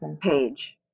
page